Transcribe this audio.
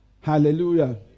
Hallelujah